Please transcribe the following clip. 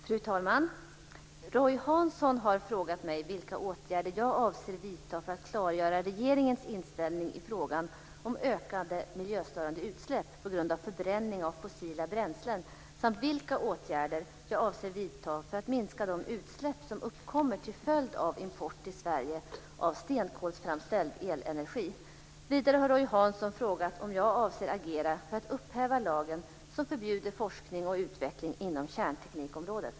Fru talman! Roy Hansson har frågat mig vilka åtgärder jag avser vidta för att klargöra regeringens inställning i frågan om ökade miljöstörande utsläpp på grund av förbränning av fossila bränslen samt vilka åtgärder jag avser vidta för att minska de utsläpp som uppkommer till följd av import till Sverige av stenkolsframställd elenergi. Vidare har Roy Hansson frågat om jag avser agera för att upphäva lagen som förbjuder forskning och utveckling inom kärnteknikområdet.